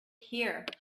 here